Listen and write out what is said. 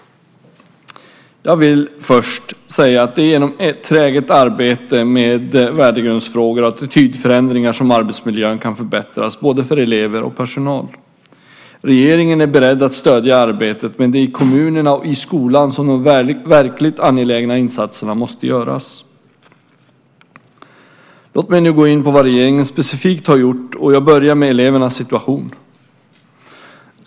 Jag vill först säga att det är genom träget arbete med värdegrundsfrågor och attitydförändringar som arbetsmiljön kan förbättras både för elever och för personal. Regeringen är beredd att stödja arbetet, men det är i kommunerna och i skolan som de verkligt angelägna insatserna måste göras. Låt mig nu gå in på vad regeringen specifikt har gjort, och jag börjar med elevernas situation.